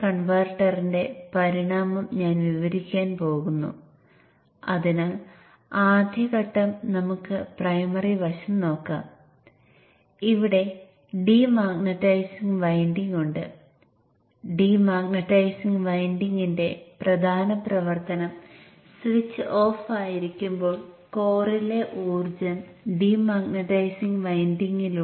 നിങ്ങൾക്കിവിടെ രണ്ടു power semiconductor switches Q1 ഉം Q2 ഉം കപ്പാസിറ്റൻസുകൾ C1 ഉം C2 ഉം ഉണ്ട്